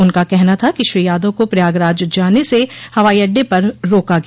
उनका कहना था कि श्री यादव को प्रयागराज जाने से हवाई अड्डे पर रोका गया